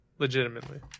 Legitimately